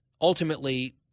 ultimately